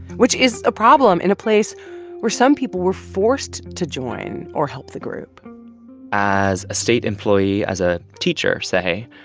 which is a problem in a place where some people were forced to join or help the group as a state employee, as a teacher, say,